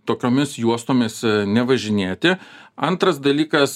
tokiomis juostomis nevažinėti antras dalykas